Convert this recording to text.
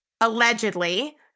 allegedly